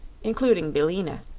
including billina,